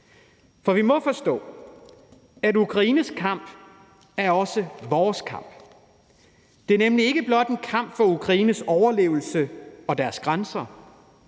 For vi må forstå, at Ukraines kamp også er vores kamp. Det er nemlig ikke blot en kamp for Ukraines overlevelse og deres grænser